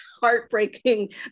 heartbreaking